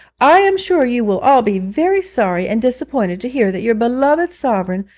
i am sure you will all be very sorry and disappointed to hear that your beloved sovereign,